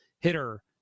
hitter